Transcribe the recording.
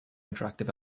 interactive